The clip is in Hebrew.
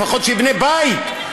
לפחות שיבנה בית.